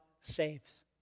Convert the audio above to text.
saves